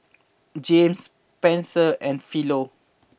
Jamel Spenser and Philo